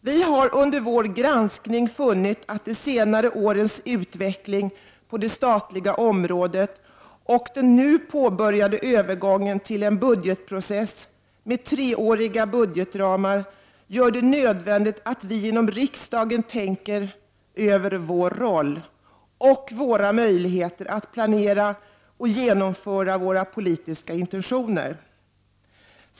Vi har under vår granskning funnit att de senare årens utveckling på det statliga området och den nu påbörjade övergången till en budgetprocess med treåriga budgetramar gör det nödvändigt att vi inom riksdagen tänker över vår roll och våra möjligheter att planera och genomföra våra politiska intentioner.